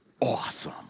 awesome